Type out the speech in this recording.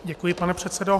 Děkuji, pane předsedo.